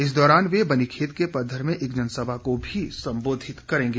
इस दौरान वह बनीखेत के पधर में एक जनसभा को भी संबोधित करेंगे